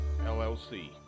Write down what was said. LLC